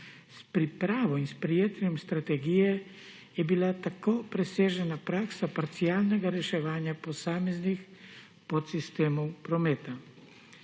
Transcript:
S pripravo in sprejetjem strategije, je bila tako presežena praksa parcialnega reševanja posameznih podsistemov prometa.